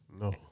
No